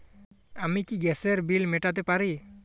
আমি কি গ্যাসের বিল মেটাতে পারি?